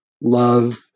love